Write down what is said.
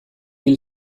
hil